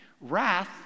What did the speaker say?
Wrath